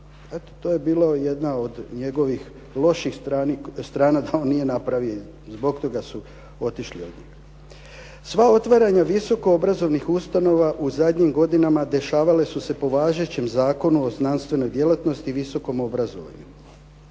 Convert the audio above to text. to je bila jedna od njegovih loših strana da on nije napravio i zbog toga su otišli od njega. Sva otvaranja visoko obrazovnih ustanova u zadnjim godinama dešavale su se po važećem Zakonu o znanstvenoj djelatnosti i visokom obrazovanju.